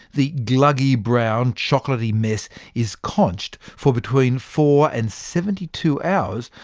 the gluggy brown chocolaty mess is conched for between four and seventy two hours,